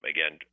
Again